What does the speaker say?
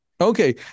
Okay